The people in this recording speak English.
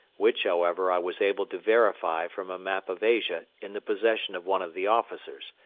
which however i was able to verify from a map of asia in the possession of one of the officers,